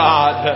God